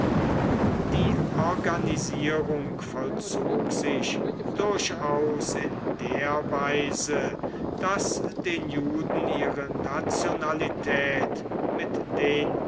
die organisierung vollzog sich durchaus in der weise daß den juden ihre nationalität mit den